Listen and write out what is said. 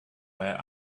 where